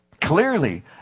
clearly